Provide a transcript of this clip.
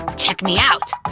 check me out!